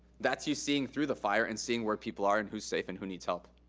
that's you seeing through the fire and seeing where people are, and who's safe and who needs help.